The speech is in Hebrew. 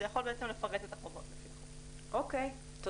זה יכול בעצם לפרט את --- תודה רבה.